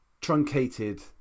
truncated